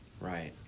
Right